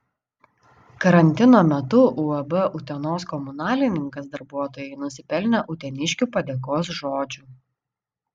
karantino metu uab utenos komunalininkas darbuotojai nusipelnė uteniškių padėkos žodžių